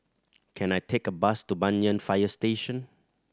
can I take a bus to Banyan Fire Station